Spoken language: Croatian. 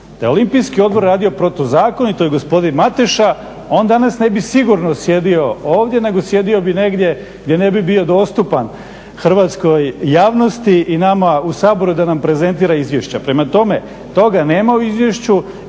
Olimpijski odbor radio protuzakonito i gospodin Mateša, on danas ne bi sigurno sjedio ovdje nego sjedio bi negdje gdje ne bi bio dostupan hrvatskoj javnosti i nama u Saboru da nam prezentira izvješća. Prema tome, toga nema u izvješću